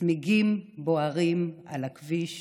צמיגים בוערים על הכביש